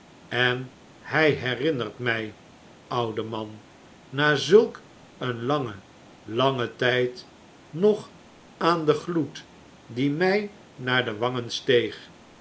en hij herinnert mij ouden man na zulk een langen langen tijd nog aan den gloed die mij naar de wangen steeg